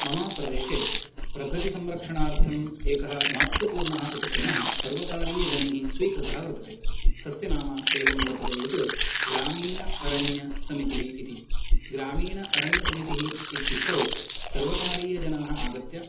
मम प्रदेशे प्रकृति संरक्षणार्थम् एकः महत्त्वपूर्णः उपक्रमः सर्वकारीयजनैः स्वीकृतः वर्तते तस्य नाम एवं वर्तते यत् ग्रामीन अरण्यसमितिः इति ग्रामीण अरण्यसमितिः इत्युक्तौ सर्वकारीयजनाः आगत्य